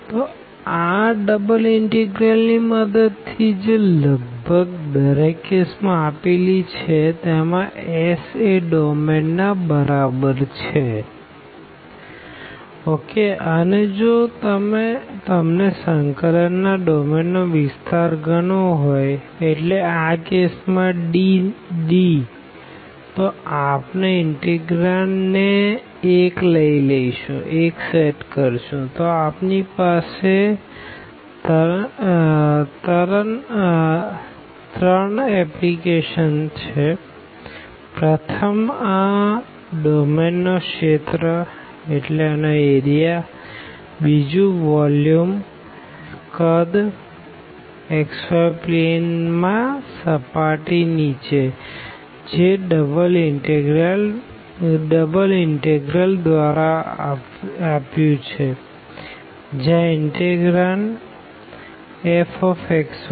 તો આ double integral ની મદદ થી જે લગભગ દરેક કેસ માં આપેલી છે તેમાં S એ ડોમેન ના બરાબર છે S∬D1∂y∂x2∂y∂z2dxdz અને જો તમને સંકલન ના ડોમેન નો વિસ્તાર ગણવો હોઈ તો એટલે આ કેસ માં D તો આપણે ઇનટેગ્રાંડ ને 1 સેટ કરશુંતો અપની પાસે ત્રણ એપ્લીકેશનપ્રથમ આ ડોમેન નો રિજિયનબીજું વોલ્યુમ xyપ્લેન માં સર્ફેસ નીચે જે ડબલ ઇનટેગ્રલ દ્વારા આપ્યું છે જ્યાં ઇનટેગ્રાંડ fx yછે